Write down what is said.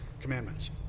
commandments